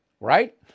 right